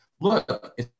look